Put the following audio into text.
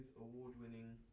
award-winning